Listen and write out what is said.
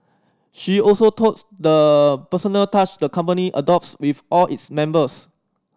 she also touts the personal touch the company adopts with all its members